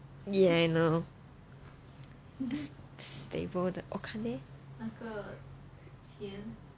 yeah I know this stable